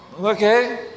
Okay